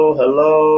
hello